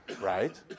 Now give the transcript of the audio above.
right